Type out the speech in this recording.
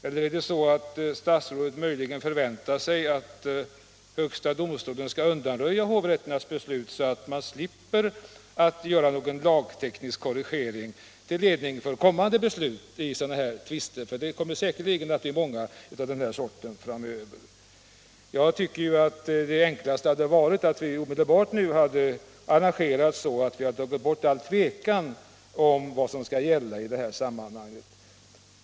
Eller är det möjligen så att statsrådet förväntar sig att högsta domstolen skall undanröja hovrätternas beslut, så att man slipper göra någon lagteknisk korrigering till ledning för kommande beslut i sådana här tvister? Det kommer säkerligen att bli många tvister av den sorten framöver. Det enklaste hade enligt min mening varit att vi omedelbart hade arrangerat så att vi tagit bort all tvekan om vad som skall gälla i detta sammanhang.